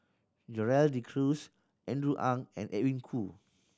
Gerald De Cruz Andrew Ang and Edwin Koo